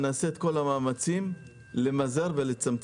אני אעשה את כל המאמצים למזער ולצמצם.